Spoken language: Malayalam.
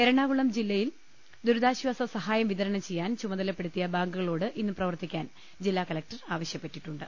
എറണാകുളം ജില്ല യിൽ ദൂരിതാശ്ചാസ സഹായം വിതരണം ചെയ്യാൻ ചുമതലപ്പെടുത്തിയ ബാങ്കുകളോട്ട് ഇന്ന് പ്രവർത്തിക്കാൻ ജില്ലാ കലക്ടർ ആവശ്യപ്പെട്ടിട്ടു ണ്ട്